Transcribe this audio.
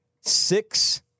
six